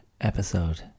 episode